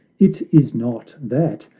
it is not that,